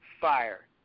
fire